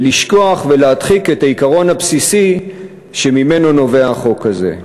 ולשכוח ולהדחיק את העיקרון הבסיסי שממנו נובע החוק הזה.